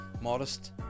Modest